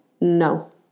No